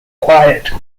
quiet